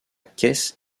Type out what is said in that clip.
caisse